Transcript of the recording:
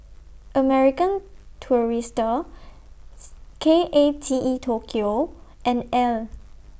American Tourister K A T E Tokyo and Elle